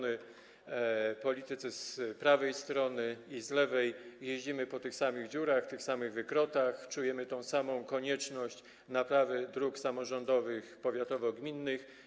My, politycy z prawej strony i z lewej, jeździmy po tych samych dziurach, tych samych wykrotach, czujemy tę samą konieczność naprawy dróg samorządowych powiatowo-gminnych.